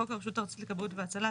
בחוק הרשות הארצית לכבאות והצלה,